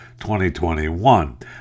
2021